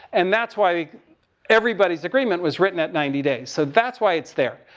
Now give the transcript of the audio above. and that's why everybody's agreement was written at ninety days. so that's why it's there.